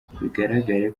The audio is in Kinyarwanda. bigaragare